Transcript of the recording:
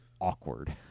awkward